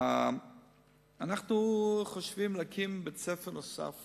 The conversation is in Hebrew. אנחנו חושבים להקים בית-ספר נוסף